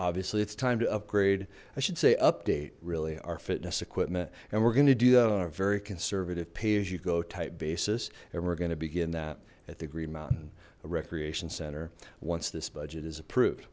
obviously it's time to upgrade i should say update really our fitness equipment and we're going to do that on a very conservative pay as you go type basis and we're going to begin that at the green mountain a recreation center once this budget is approved